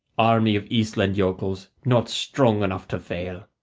army of eastland yokels not strong enough to fail.